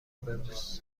ببوس